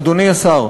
אדוני השר,